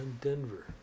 denver